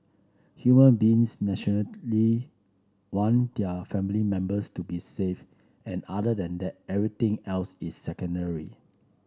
human beings naturally want their family members to be safe and other than that everything else is secondary